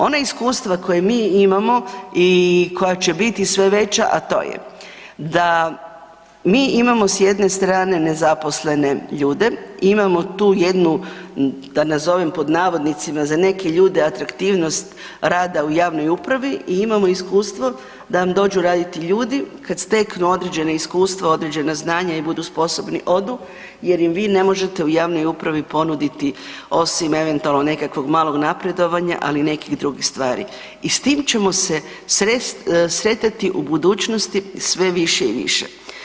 Ona iskustva koja mi imamo i koja će biti sve veća, a to je, da mi imamo s jedne strane nezaposlene ljude i imamo tu jednu, da nazovem, pod navodnicima, za neke ljude, atraktivnost rada u javnoj upravi i imamo iskustvo da vam dođu raditi ljudi kad steknu određena iskustva, određena znanja i budu sposobni, odi, jer im vi ne možete u javnoj upravi ponuditi, osim eventualno nekakvog manjeg napredovanja, ali i nekih drugih stvari i s tim ćemo se sretati u budućnosti sve više i više.